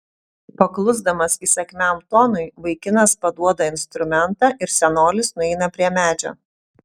paklusdamas įsakmiam tonui vaikinas paduoda instrumentą ir senolis nueina prie medžio